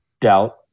doubt